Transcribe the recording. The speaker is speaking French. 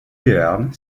béarn